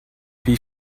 wie